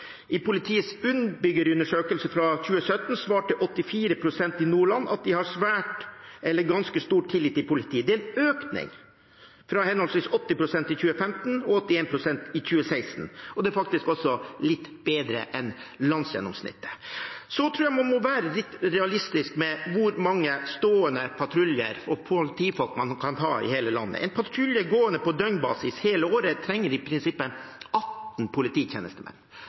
I politiets innbyggerundersøkelse fra 2017 svarte 84 pst. i Nordland at de har svært stor eller ganske stor tillit til politiet. Det er en økning fra henholdsvis 80 pst. i 2015 og 81 pst. i 2016, og det er faktisk også litt bedre enn landsgjennomsnittet. Jeg tror man må være litt realistisk med hvor mange stående patruljer og politifolk man kan ha i hele landet. En patrulje gående på døgnbasis hele året trenger i prinsippet 18 polititjenestemenn.